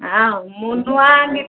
ହଁ ମୁଁ ନୁଆ ନି